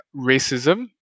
racism